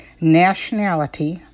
nationality